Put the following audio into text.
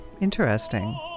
Interesting